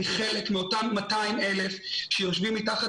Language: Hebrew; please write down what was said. אני חלק מאותם 200,000 שיושבים מתחת